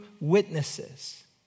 witnesses